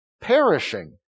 perishing